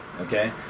okay